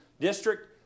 district